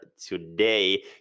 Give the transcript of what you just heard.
today